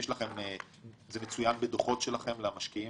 האם זה מצוין בדוחות שלכם למשקיעים?